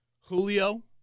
Julio